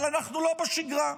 אבל אנחנו לא בשגרה.